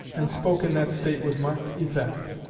and spoke in that state with marked effect.